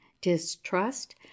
distrust